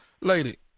Lady